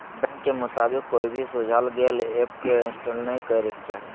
bank के मुताबिक, कोई भी सुझाल गेल ऐप के इंस्टॉल नै करे के चाही